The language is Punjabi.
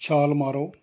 ਛਾਲ ਮਾਰੋ